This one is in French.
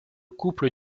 couple